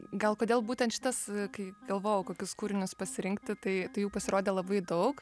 gal kodėl būtent šitas kai galvojau kokius kūrinius pasirinkti tai tai jų pasirodė labai daug